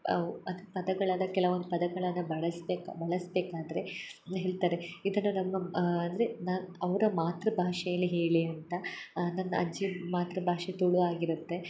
ಅವ ಅದು ಪದಗಳನ್ನು ಕೆಲವೊಂದು ಪದಗಳನ್ನು ಬಳಸ್ಬೇಕು ಬಳಸ್ಬೇಕಾದರೆ ಹೇಳ್ತಾರೆ ಇದನ್ನು ನಮ್ಮ ಅಂದರೆ ನ ಅವರ ಮಾತೃಭಾಷೆಯಲ್ಲಿ ಹೇಳಿ ಅಂತ ನನ್ನ ಅಜ್ಜಿ ಮಾತೃಭಾಷೆ ತುಳು ಆಗಿರುತ್ತೆ